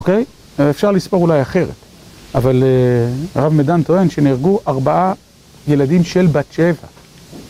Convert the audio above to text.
אוקיי? אפשר לספור אולי אחרת, אבל הרב מדן טוען שנהרגו ארבעה ילדים של בת שבע.